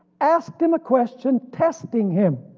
asked him a question, testing him,